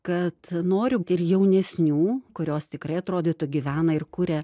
kad noriu ir jaunesnių kurios tikrai atrodytų gyvena ir kuria